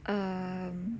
um